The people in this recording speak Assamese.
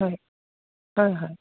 হয় হয় হয়